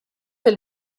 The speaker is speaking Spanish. del